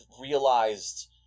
realized